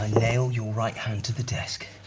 ah nail your right hand to the desk.